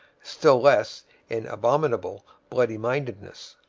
still less in abominable bloody-mindedness.